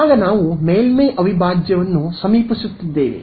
ಆಗ ನಾವು ಮೇಲ್ಮೈ ಅವಿಭಾಜ್ಯವನ್ನು ಸಮೀಪಿಸುತ್ತಿದ್ದೇವೆ